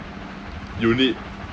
unit